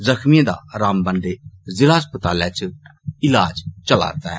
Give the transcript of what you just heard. ज़ख्मियें दा रामबन द जिला अस्पतालै च इलाज चला रदा ऐ